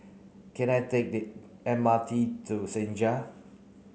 can I take the M R T to Senja